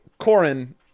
Corin